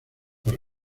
por